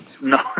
No